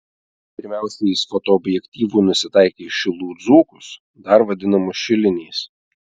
pirmiausia jis fotoobjektyvu nusitaikė į šilų dzūkus dar vadinamus šiliniais